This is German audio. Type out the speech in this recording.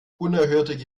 unerhörte